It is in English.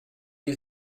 you